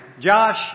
Josh